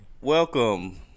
Welcome